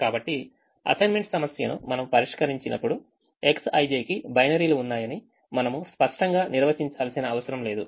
కాబట్టి అసైన్మెంట్ సమస్యను మనము పరిష్కరించినప్పుడు Xij కి బైనరీలు ఉన్నాయని మనము స్పష్టంగా నిర్వచించాల్సిన అవసరం లేదు